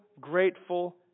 grateful